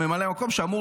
ממלא המקום שאמור